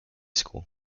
school